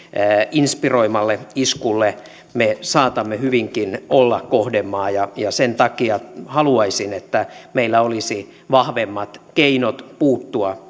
inspiroimalle iskulle me saatamme hyvinkin olla kohdemaa sen takia haluaisin että meillä olisi vahvemmat keinot puuttua